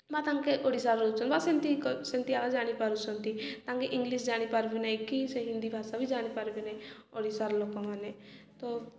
ବା ତାଙ୍କେ ଓଡ଼ିଶାର ରହୁଛନ୍ତି ବା ସେମତି ସେମିତି ଏକା ଜାଣିପାରୁଛନ୍ତି ତାଙ୍କେ ଇଂଲିଶ ଜାଣିପାରିବେ ନାହିଁ କି ସେ ହିନ୍ଦୀ ଭାଷା ବି ଜାଣିପାରିବେ ନାହିଁ ଓଡ଼ିଶାର ଲୋକମାନେ ତ